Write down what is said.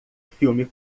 filme